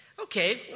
Okay